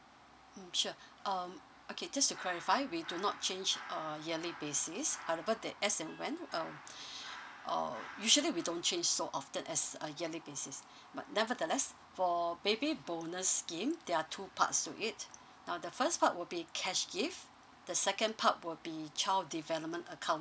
mm sure um okay just to clarify we do not change uh yearly basis however that as and when uh uh usually we don't change so often as a yearly basis but nevertheless for baby bonus scheme there are two parts to it now the first part will be cash gift the second part will be child development account